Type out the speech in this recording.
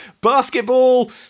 basketball